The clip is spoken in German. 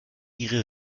ihre